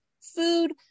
food